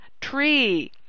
tree